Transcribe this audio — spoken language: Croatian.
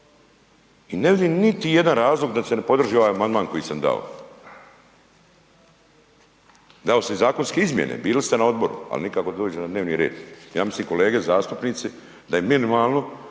i ne vidim niti jedan razlog da se ne podrži ovaj amandman koji sam dao. Dao sam i zakonske izmjene, bili ste na Odboru ali nikako da dođe na dnevni red, ja mislim kolege zastupnici da je minimalno